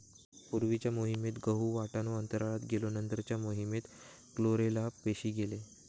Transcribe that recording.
पूर्वीच्या मोहिमेत गहु, वाटाणो अंतराळात गेलो नंतरच्या मोहिमेत क्लोरेला पेशी गेले